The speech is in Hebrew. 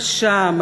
קשה,